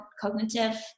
cognitive